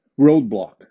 roadblock